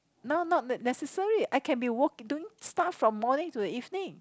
now not necessary I can be woke doing stuff from morning to the evening